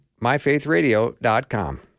myfaithradio.com